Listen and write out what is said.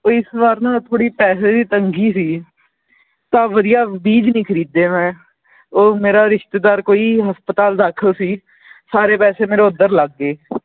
ਉਹ ਇਸ ਵਾਰ ਨਾ ਥੋੜ੍ਹੀ ਪੈਸੇ ਦੀ ਤੰਗੀ ਸੀਗੀ ਤਾਂ ਵਧੀਆ ਬੀਜ ਨਹੀਂ ਖਰੀਦੇ ਮੈਂ ਉਹ ਮੇਰਾ ਰਿਸ਼ਤੇਦਾਰ ਕੋਈ ਹਸਪਤਾਲ ਦਾਖਲ ਸੀ ਸਾਰੇ ਪੈਸੇ ਮੇਰੇ ਉੱਧਰ ਲੱਗ ਗਏ